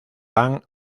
van